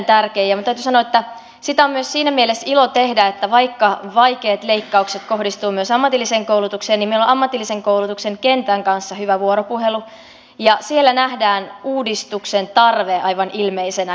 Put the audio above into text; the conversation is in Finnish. minun täytyy sanoa että sitä on myös siinä mielessä ilo tehdä että vaikka vaikeat leikkaukset kohdistuvat myös ammatilliseen koulutukseen niin meillä on ammatillisen koulutuksen kentän kanssa hyvä vuoropuhelu ja siellä nähdään uudistuksen tarve aivan ilmeisenä